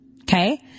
okay